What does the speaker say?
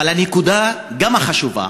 אבל יש נקודה שגם היא חשובה,